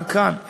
גם כאן,